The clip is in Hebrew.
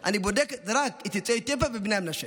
אני בודקת רק את יוצאי אתיופיה ובני המנשה.